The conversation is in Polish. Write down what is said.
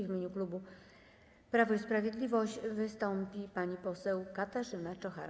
W imieniu klubu Prawo i Sprawiedliwość wystąpi pani poseł Katarzyna Czochara.